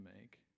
make